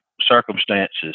circumstances